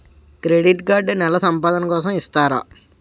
Credit card నెల సంపాదన కోసం ఇస్తారా?